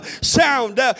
sound